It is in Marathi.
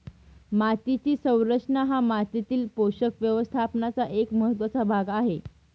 मातीची संरचना हा मातीतील पोषक व्यवस्थापनाचा एक महत्त्वाचा भाग आहे